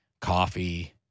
Coffee